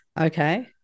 Okay